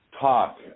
Talk